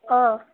অঁ